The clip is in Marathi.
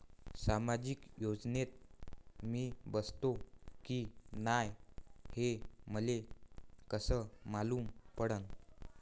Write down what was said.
सामाजिक योजनेत मी बसतो की नाय हे मले कस मालूम पडन?